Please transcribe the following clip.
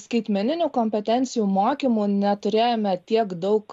skaitmeninių kompetencijų mokymų neturėjome tiek daug